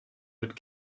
that